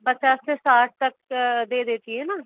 पचास से साठ तक दे देती है न